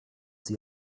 sie